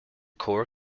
core